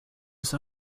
ist